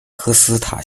科斯塔